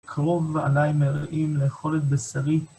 קרוב עליי מרעים לאכול את בשרי.